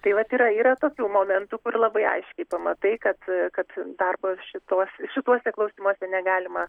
tai vat yra yra tokių momentų kur labai aiškiai pamatai kad kad darbas šituos šituose klausimuose negalima